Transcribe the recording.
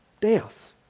Death